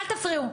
אל תפריעו,